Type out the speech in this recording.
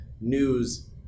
news